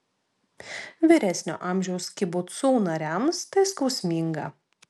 vyresnio amžiaus kibucų nariams tai skausminga